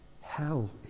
hell